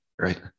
right